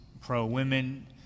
pro-women